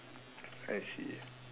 I see